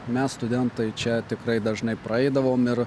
mes studentai čia tikrai dažnai praeidavom ir